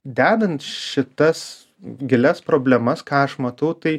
dedant šitas gilias problemas ką aš matau tai